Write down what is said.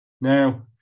Now